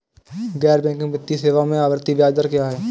गैर बैंकिंग वित्तीय सेवाओं में आवर्ती ब्याज दर क्या है?